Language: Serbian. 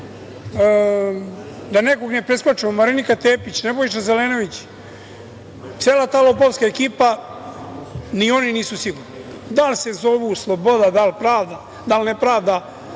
da nekog ne preskočim, Marinika Tepić, Nebojša Zelenović, cela ta lopovska ekipa, ni oni nisu sigurni da li se zovu sloboda, da li pravda, da li nepravda.